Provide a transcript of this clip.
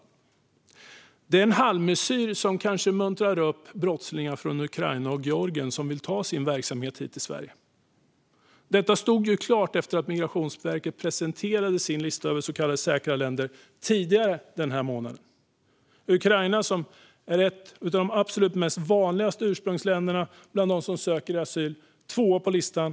Propositionen är en halvmesyr som kanske muntrar upp brottslingar från Ukraina och Georgien som vill ta sin verksamhet hit till Sverige. Detta stod klart efter att Migrationsverket presenterade sin lista över så kallade säkra länder tidigare denna månad. Ukraina är ett av de absolut vanligaste ursprungsländerna för dem som söker asyl. Det är tvåa på listan.